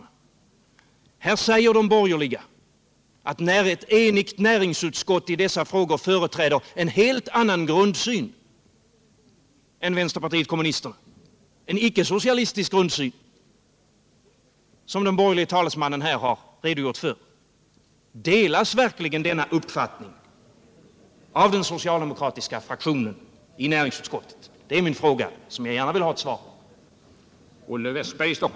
Här säger de borgerliga att ett enigt näringsutskott i dessa frågor företräder en helt annan grundsyn än vänsterpartiet kommunisterna, en icke socialistisk grundsyn som den borgerlige talesmannen har redogjort för. Jag vill då återigen fråga de socialdemokratiska representanterna: Delas verkligen denna uppfattning av den socialdemokratiska fraktionen i näringsutskottet? Det är en fråga som jag gärna vill ha ett svar på.